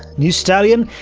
new stallion,